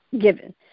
given